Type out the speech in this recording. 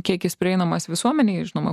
kiek jis prieinamas visuomenei žinoma